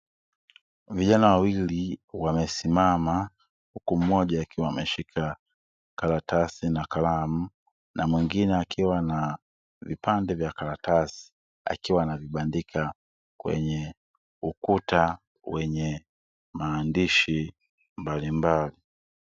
Vijana wawili wamesimama huku mmoja akiwa ameshika karatasi na kalamu, na mwingine akiwa na vipande vya karatasi akiwa anavibandika kwenye ukuta wenye maandishi mbalimbali.